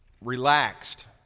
relaxed